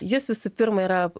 jis visų pirma yra